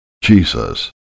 Jesus